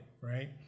right